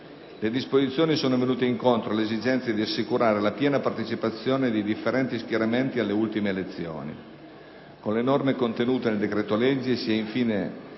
Le disposizioni sono venute incontro all'esigenza di assicurare la piena partecipazione dei differenti schieramenti alle ultime elezioni. Con le norme contenute nel decreto-legge si è, infine,